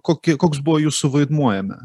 kokie koks buvo jūsų vaidmuo jame